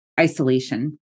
isolation